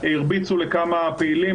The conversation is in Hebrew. הרביצו לכמה פעילים,